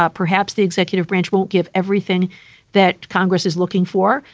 ah perhaps the executive branch will give everything that congress is looking for,